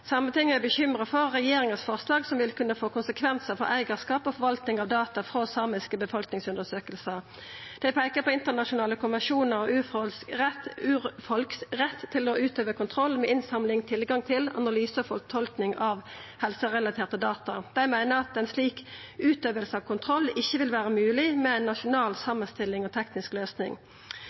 Sametinget er bekymra for regjeringas forslag som vil kunne få konsekvensar for eigarskap og forvalting av data frå samiske befolkningsundersøkingar. Dei peikar på internasjonale konvensjonar og urfolks rett til å utøva kontroll med innsamling og tilgang til analysar og fortolking av helserelaterte data. Dei meiner at ei slik utøving av kontroll ikkje vil vera mogleg med ei nasjonal samanstilling og teknisk løysing.